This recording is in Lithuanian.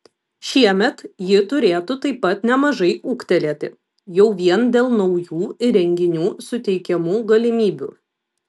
šiemet ji turėtų taip pat nemažai ūgtelėti jau vien dėl naujų įrenginių suteikiamų galimybių